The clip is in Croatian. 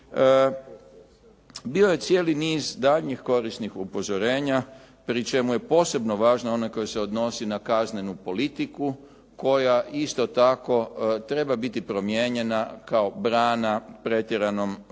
Bio je cijeli niz daljnjih korisnih upozorenja pri čemu je posebno važno ono koje se odnosi na kaznenu politiku koja isto tako treba biti promijenjena kao brana pretjeranom broju